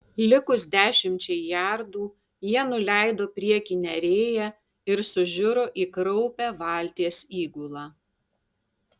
likus dešimčiai jardų jie nuleido priekinę rėją ir sužiuro į kraupią valties įgulą